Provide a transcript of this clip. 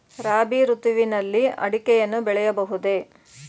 ರಾಬಿ ಋತುವಿನಲ್ಲಿ ಅಡಿಕೆಯನ್ನು ಬೆಳೆಯಬಹುದೇ?